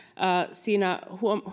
siinä